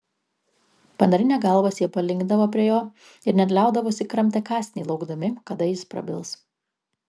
panarinę galvas jie palinkdavo prie jo ir net liaudavosi kramtę kąsnį laukdami kada jis prabils